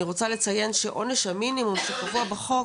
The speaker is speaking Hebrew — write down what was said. אני רוצה לציין שעונש המינימום שקבוע בחוק